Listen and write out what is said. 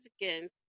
again